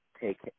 take